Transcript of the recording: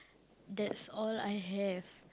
that's all I have